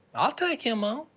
i'll take him on.